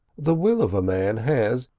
the will of a man has,